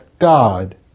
God